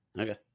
Okay